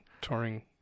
touring